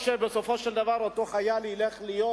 או שבסופו של דבר אותו חייל ילך להיות